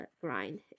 grind